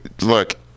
look